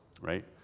right